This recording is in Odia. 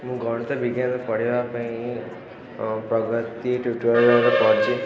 ମୁଁ ଗଣିତ ବିଜ୍ଞାନ ପଢ଼ିବା ପାଇଁ ପ୍ରଗତି ଟ୍ୟୁଟୋରିଆଲ୍ରେ ପଢ଼ିଛି